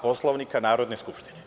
Poslovnika Narodne skupštine.